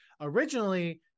originally